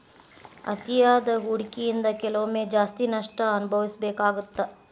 ಅತಿಯಾದ ಹೂಡಕಿಯಿಂದ ಕೆಲವೊಮ್ಮೆ ಜಾಸ್ತಿ ನಷ್ಟ ಅನಭವಿಸಬೇಕಾಗತ್ತಾ